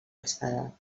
alçada